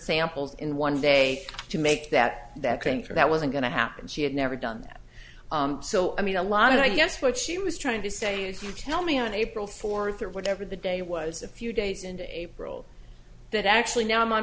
samples in one day to make that that came for that wasn't going to happen she had never done that so i mean a lot i guess what she was trying to say if you tell me on april fourth or whatever the day was a few days and april that actually now i'm on